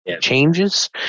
changes